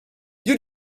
you